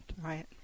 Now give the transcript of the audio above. Right